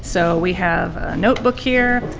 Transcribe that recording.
so we have a notebook here.